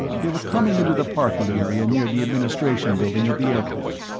they were coming into the parking area near the administration building of the airport.